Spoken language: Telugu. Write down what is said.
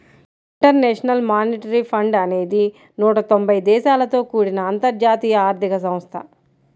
ఇంటర్నేషనల్ మానిటరీ ఫండ్ అనేది నూట తొంబై దేశాలతో కూడిన అంతర్జాతీయ ఆర్థిక సంస్థ